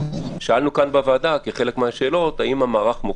מה תהיה